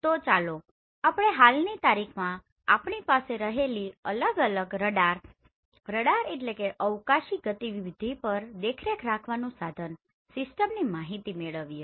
તો ચાલો આપણે હાલની તારીખમાં આપણી પાસે રહેલી અલગ અલગ રડારRadar અવકાશી ગતિવિધિ પર દેખરેખ રાખવા નું સાધન સિસ્ટમ ની માહિતી મેળવીએ